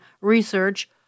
research